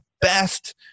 best